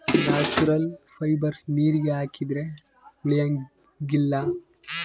natural fibres ನೀರಿಗೆ ಹಾಕಿದ್ರೆ ಉಳಿಯಂಗಿಲ್ಲ